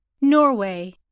Norway